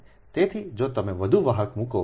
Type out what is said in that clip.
તેથી જો તમે વધુ વાહક મૂકો